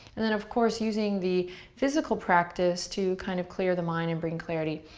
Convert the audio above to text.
and then of course using the physical practice to kind of clear the mind and bring clarity.